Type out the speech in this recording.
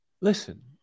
Listen